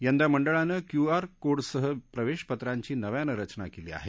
यंदा मंडळानं Q R कोडसह प्रवेशपत्रांची नव्यानं रचना केली आहे